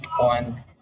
on